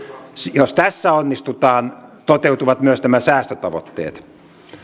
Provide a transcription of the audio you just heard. jos tässä onnistutaan toteutuvat myös nämä säästötavoitteet